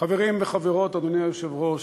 חברת הכנסת מירי רגב.